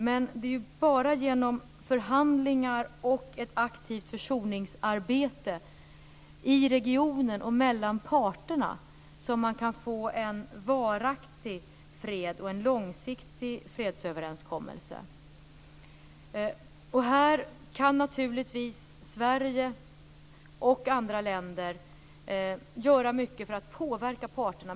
Men det är ju bara genom förhandlingar och ett aktivt försoningsarbete i regionen och mellan parterna som man kan få en varaktig fred och en långsiktig fredsöverenskommelse. Här kan naturligtvis Sverige och andra länder göra mycket för att påverka parterna.